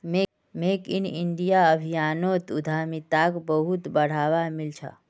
make in India अभियानोत उद्यमिताक बहुत बढ़ावा मिल छ